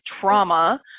trauma